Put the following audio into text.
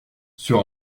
sur